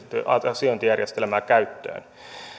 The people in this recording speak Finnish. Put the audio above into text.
asiointijärjestelmää käyttöön